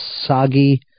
soggy